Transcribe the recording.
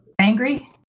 angry